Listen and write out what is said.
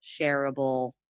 shareable